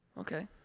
Okay